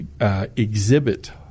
exhibit